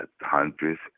hundreds